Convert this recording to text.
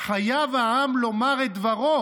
חייב העם לומר את דברו